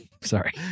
Sorry